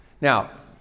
Now